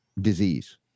disease